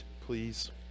please